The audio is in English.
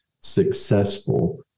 successful